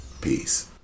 peace